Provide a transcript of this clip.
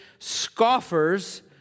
scoffers